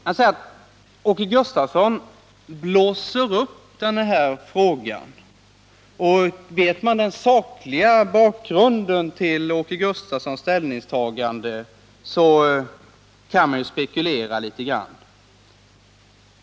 Han säger: Åke Gustavsson blåser upp den här frågan, och vet man den sakliga bakgrunden till Åke Gustavssons ställningstagande kan man spekulera litet grand.